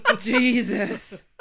Jesus